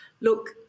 Look